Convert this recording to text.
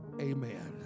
Amen